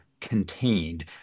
contained